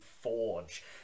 Forge